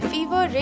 Fever